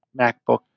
MacBook